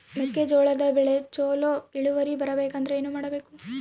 ಮೆಕ್ಕೆಜೋಳದ ಬೆಳೆ ಚೊಲೊ ಇಳುವರಿ ಬರಬೇಕಂದ್ರೆ ಏನು ಮಾಡಬೇಕು?